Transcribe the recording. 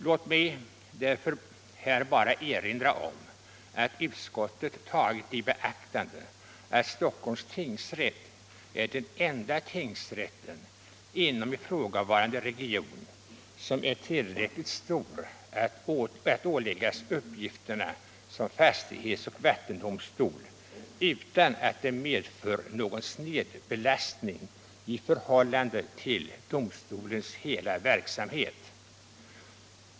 Låt mig därför här bara erinra om att utskottet tagit i beaktande att Stockholms tingsrätt är den enda tingsrätten inom ifrågavarande region som är tillräckligt stor att åläggas uppgifterna som fastighetsoch vattendomstol utan att det medför någon snedbelastning i förhållande till domstolens hela verksamhet.